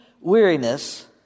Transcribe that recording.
weariness